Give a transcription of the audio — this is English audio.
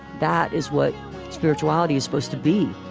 that is what spirituality is supposed to be